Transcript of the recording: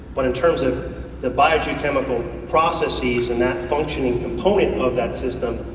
but in terms of the biogeochemical processes and that functioning component of that system,